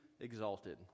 exalted